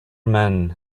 men